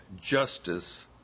justice